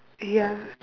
ya